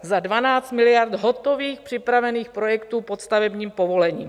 Za 12 miliard hotových připravených projektů pod stavebním povolením.